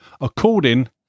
according